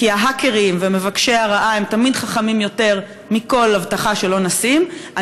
כי ההאקרים ומבקשי הרעה הם תמיד חכמים יותר מכל אבטחה שלא נשים,